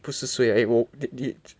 不是 suay 我抵抗